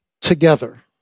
together